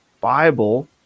Bible